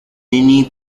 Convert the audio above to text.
minnie